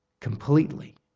Completely